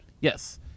Yes